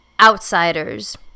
outsiders